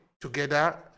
together